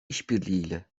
işbirliğiyle